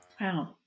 Wow